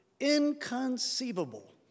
inconceivable